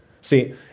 See